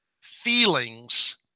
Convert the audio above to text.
feelings